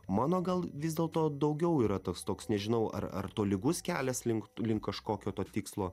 mano gal vis dėlto daugiau yra toks toks nežinau ar ar tolygus kelias link link kažkokio to tikslo